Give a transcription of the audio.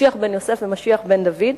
משיח בן יוסף ומשיח בן דוד.